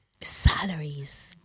Salaries